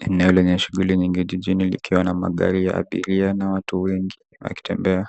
Eneo lenye shughuli nyingi jijini likiwa na magari ya abiria na watu wengi wakitembea.